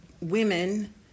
women